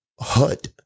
hut